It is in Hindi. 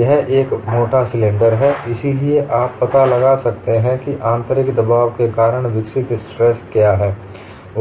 यह एक मोटा सिलेंडर है इसलिए आप पता लगा सकते हैं कि आंतरिक दबाव के कारण विकसित स्ट्रेस क्या हैं